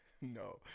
No